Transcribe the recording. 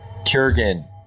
Kurgan